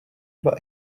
dva